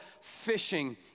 fishing